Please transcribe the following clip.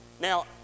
now